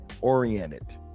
oriented